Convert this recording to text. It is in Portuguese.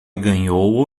ganhou